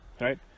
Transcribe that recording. Right